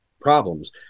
problems